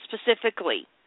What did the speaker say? specifically